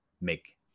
make